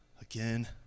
again